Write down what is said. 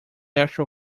actual